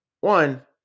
one